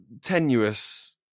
tenuous